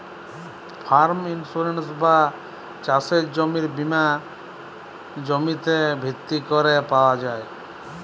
farm insurance বা চাসের জমির বীমা জমিতে ভিত্তি ক্যরে পাওয়া যায়